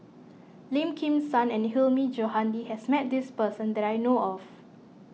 Lim Kim San and Hilmi Johandi has met this person that I know of